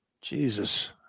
Jesus